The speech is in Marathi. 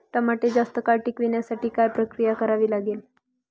टमाटे जास्त काळ टिकवण्यासाठी काय प्रक्रिया करावी लागेल?